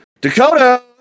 dakota